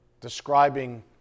describing